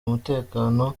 umutekano